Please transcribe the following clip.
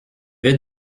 vais